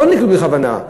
לא נקלעו בכוונה,